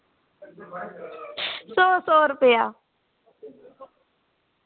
सौ सौ रपेआ